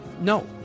No